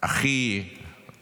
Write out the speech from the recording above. מקצועית הכי מסורה,